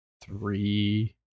three